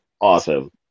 awesome